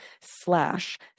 slash